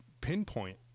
pinpoint